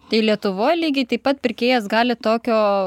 tai lietuvoje lygiai taip pat pirkėjas gali tokio